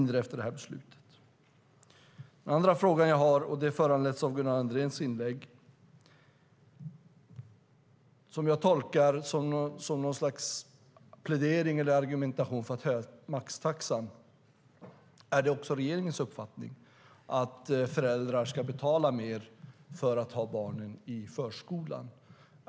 Den andra fråga jag har är föranledd av Gunnar Andréns inlägg, som jag tolkar som något slags plädering eller argument för att höja maxtaxan. Är det också regeringens uppfattning att föräldrar ska betala mer för att ha barnen i förskolan?